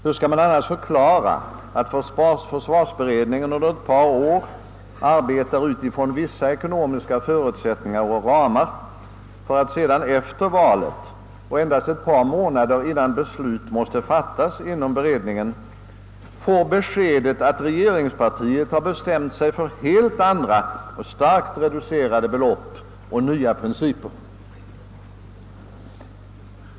Hur skall man annars förklara att försvarsberedningen, som under ett par år arbetat utifrån vissa ekonomiska förutsättningar och ramar, efter valet får — endast ett par månader innan beslut måste fattas inom beredningen — beskedet att regeringspartiet har bestämt sig för helt andra och starkt reducerade belopp och nya principer?